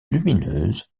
lumineuse